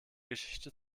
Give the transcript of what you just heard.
geschichte